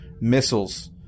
missiles